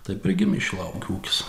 taip ir gimė šilauogių ūkis